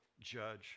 judge